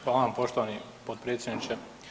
Hvala vam poštovani potpredsjedniče.